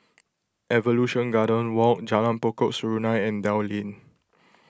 Evolution Garden Walk Jalan Pokok Serunai and Dell Lane